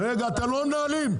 אתם לא מנהלים,